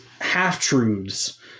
half-truths